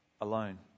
alone